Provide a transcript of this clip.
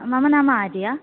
मम नाम आर्या